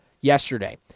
yesterday